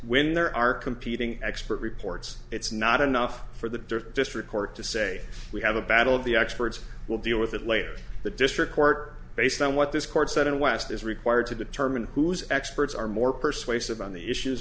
when there are competing expert reports it's not enough for the district court to say we have a battle of the experts will deal with it later the district court based on what this court said in west is required to determine who's experts are more persuasive on the issues